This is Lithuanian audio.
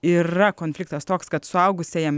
yra konfliktas toks kad suaugusiajam